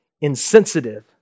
insensitive